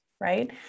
right